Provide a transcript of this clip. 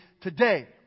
today